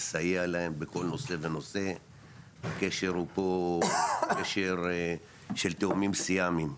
לסייע להם בכל נושא ונושא הקשר הוא פה קשר של תאומים סיאמיים.